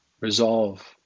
resolve